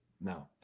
No